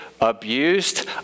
abused